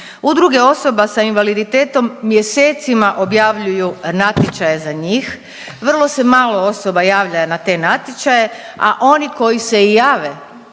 Udruge osoba sa invaliditetom mjesecima objavljuju natječaje za njih. Vrlo se malo osoba javlja na te natječaje, a oni koji se i jave